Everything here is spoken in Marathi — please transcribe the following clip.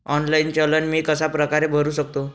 ऑनलाईन चलन मी कशाप्रकारे भरु शकतो?